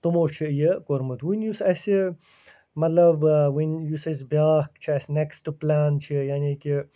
تِمو چھِ یہِ کوٚرمُت وٕنۍ یُس اَسہِ مطلب وٕنۍ یُس اَسہِ بیاکھ چھِ اَسہِ نٮ۪کٕسٹ پٕلان چھِ یعنی کہ